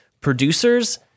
producers